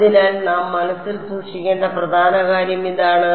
അതിനാൽ നാം മനസ്സിൽ സൂക്ഷിക്കേണ്ട പ്രധാന കാര്യം ഇതാണ്